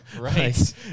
right